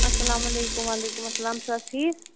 السلامُ علیکُم وعلیکُم السَلام چھُو حظ ٹھیٖک